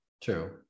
True